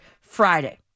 Friday